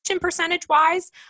percentage-wise